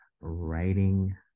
writing